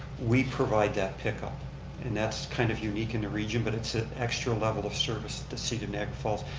we provide that pickup and that's kind of unique in the region but it's a extra level of service to the city of niagara falls.